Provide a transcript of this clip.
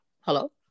Hello